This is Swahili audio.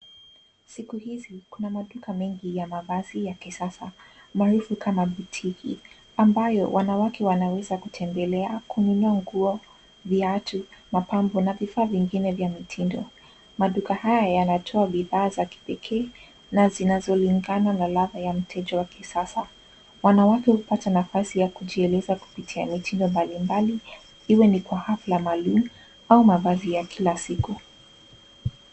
Siku hizi, kuna maduka mengi ya mavazi ya kisasa maarufu kama botiki ambayo wanawake wanaweza kutembelea, kununua nguo, viatu, mapambo na vifaa vingine vya mitindo. Maduka haya yanatoa bidhaa za kipekee na zinazolingana na ladha ya mteja wa kisasa. Wanawake hupata nafasi ya kujieleza kupitia mitindo mbalimbali iwe ni kwa hafla maalum au mavazi ya kila siku.